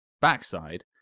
backside